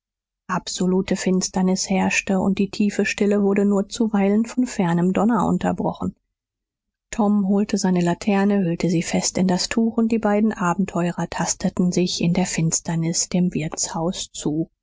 absolute finsternis herrschte und die tiefe stille wurde nur zuweilen von fernem donner unterbrochen tom holte seine laterne hüllte sie fest in das tuch und die beiden abenteurer tasteten sich in der finsternis dem wirtshaus zu